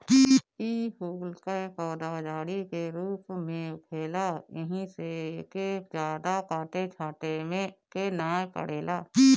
इ फूल कअ पौधा झाड़ी के रूप में होखेला एही से एके जादा काटे छाटे के नाइ पड़ेला